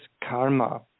karma